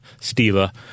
stila